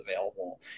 available